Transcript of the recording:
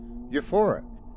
Euphoric